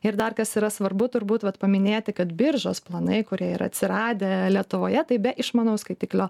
ir dar kas yra svarbu turbūt vat paminėti kad biržos planai kurie yra atsiradę lietuvoje tai be išmanaus skaitiklio